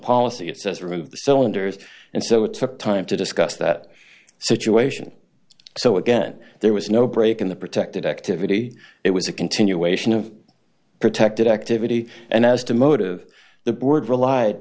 policy it says remove the cylinders and so it took time to discuss that situation so again there was no break in the protected activity it was a continuation of protected activity and as to motive the board relied